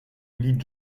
willie